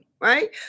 Right